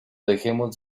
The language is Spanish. dejemos